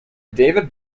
david